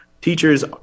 teachers